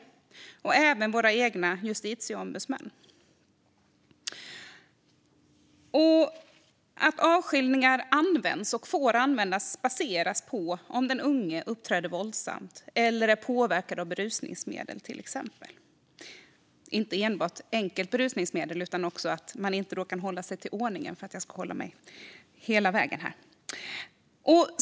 Det har även våra egna justitieombudsmän gjort. Att avskiljningar får användas baseras på om den unge till exempel uppträder våldsamt eller är påverkad av berusningsmedel. Det handlar då inte om berusningsmedlet i sig utan om att man inte kan hålla sig till ordningen.